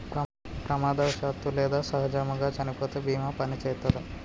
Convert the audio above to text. ప్రమాదవశాత్తు లేదా సహజముగా చనిపోతే బీమా పనిచేత్తదా?